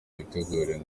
bitegure